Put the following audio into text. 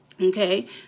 Okay